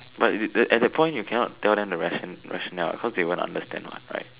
but is it at that you you cannot tell them the ration rationale what because they don't understand what right